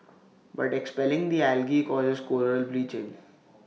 but expelling the algae causes Coral bleaching